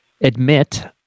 admit